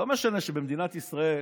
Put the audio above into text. לא משנה שבמדינת ישראל